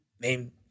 name